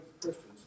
Christians